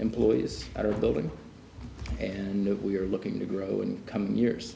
employees that are building and we are looking to grow in coming years